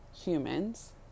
humans